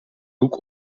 boek